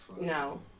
No